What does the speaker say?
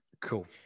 Cool